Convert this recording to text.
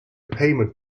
payment